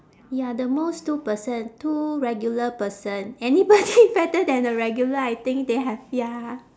ya the most two person two regular person anybody fatter than a regular I think they have ya